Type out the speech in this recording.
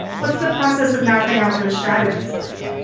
what's the process of mapping out those strategies like?